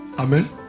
Amen